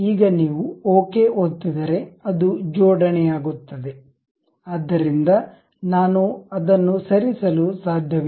ಈಗ ನೀವು ಓಕೆ ಒತ್ತಿದರೆ ಅದು ಜೋಡಣೆಯಾಗುತ್ತದೆ ಆದ್ದರಿಂದ ನಾನು ಅದನ್ನು ಸರಿಸಲು ಸಾಧ್ಯವಿಲ್ಲ